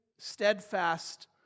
steadfast